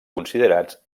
considerats